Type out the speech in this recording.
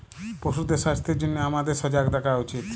পশুদের স্বাস্থ্যের জনহে হামাদের সজাগ থাকা উচিত